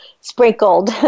sprinkled